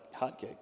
hotcakes